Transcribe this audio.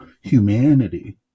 humanity